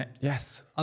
Yes